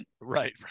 Right